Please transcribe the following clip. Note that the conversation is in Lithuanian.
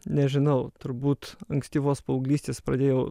nežinau turbūt ankstyvos paauglystės pradėjau